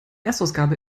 erstausgabe